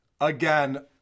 again